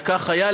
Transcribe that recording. וכך היה,